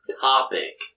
topic